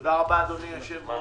תודה רבה אדוני היושב ראש.